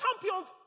champions